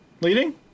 leading